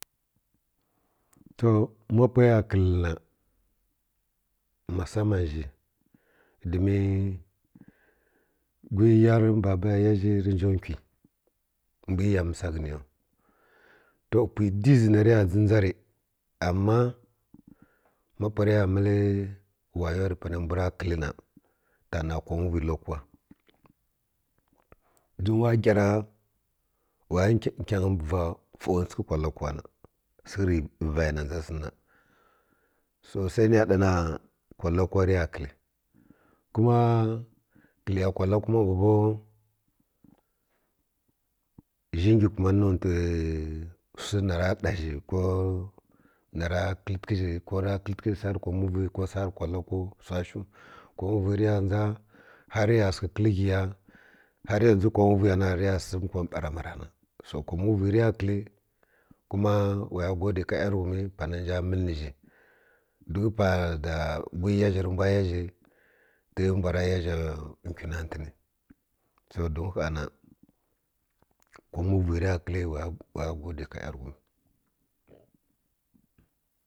To ma pwaiya kǝl ri na musaaman zhi domin gwi ya rǝ babaya ya zhi rǝn nja nkwi mbwi ya mǝsaghǝnyau to pwi dizǝ nariya ndzǝndza ri ama ma pwa rǝya mǝlǝ wayoi rǝ panai mbwura kǝllǝna tana kwa muvi lokuwa don wa gyara waya kai va mfwonwtsughǝ kwa lokuwana sǝghǝrǝ nvaya na ndzazǝ nna so sai niya ɗana kwa lokuwa riya kǝlli kuma kǝyllǝya kwa lokuwan kuma zhi ngi kumanǝ nontǝ wsu nara ɗazhi nara kǝltǝghǝ zhi sarǝ kwa muviyu ko sarǝ kwa lokuwau wsashu kwa muvi riya ndza har riya kǝl ghiya har yanzu kwa muviyana riya sǝm kwa ɓarama rana kwa muvi riya kǝlli kuma waya godai ya ka ˈyarughumi pana rinja kǝlǝ zhi don ba da gwi ya zhi rǝmbwa yazhi tǝ mbwa ra yazha nkwi nantǝn so don kha na kwa muvi riya kǝli waya godai ya ka ˈyarughumi